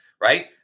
right